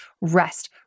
rest